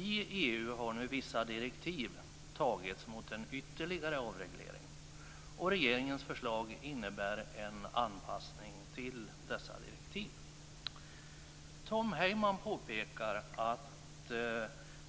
I EU har nu vissa direktiv antagits mot en ytterligare avreglering, och regeringens förslag innebär en anpassning till dessa direktiv. Tom Heyman påpekar att